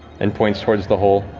and points towards the hole.